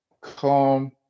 calm